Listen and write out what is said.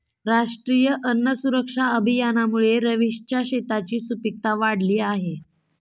राष्ट्रीय अन्न सुरक्षा अभियानामुळे रवीशच्या शेताची सुपीकता वाढली आहे